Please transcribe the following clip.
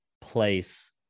place